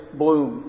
bloom